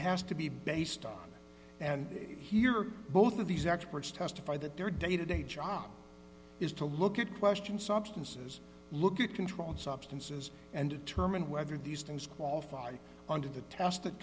has to be based on and hear both of these experts testify that their day to day job is to look at question substances look at controlled substances and determine whether these things qualify under the test th